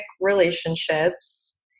relationships